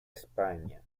españa